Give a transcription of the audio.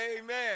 Amen